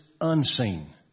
unseen